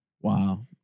Wow